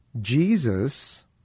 Jesus